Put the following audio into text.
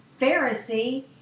Pharisee